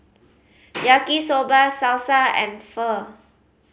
Yaki Soba Salsa and Pho